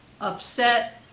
upset